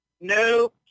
No